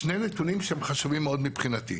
שני נתונים שהם חשובים מאוד מבחינתי.